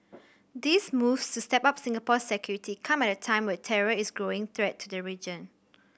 these moves to step up Singapore's security come at a time when terror is a growing threat to the region